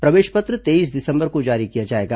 प्रवेश पत्र तेईस दिसंबर को जारी किया जाएगा